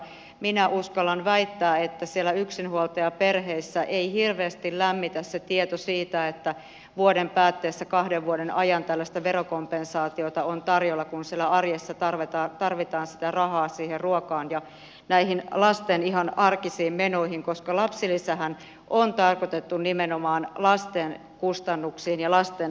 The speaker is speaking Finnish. minä uskallan väittää että siellä yksinhuoltajaperheissä ei hirveästi lämmitä tieto siitä että vuoden päättyessä kahden vuoden ajan tällaista verokompensaatiota on tarjolla kun siellä arjessa tarvitaan rahaa ruokaan ja lasten ihan arkisiin menoihin koska lapsilisähän on tarkoitettu nimenomaan lasten kustannuksiin ja lasten elämiseen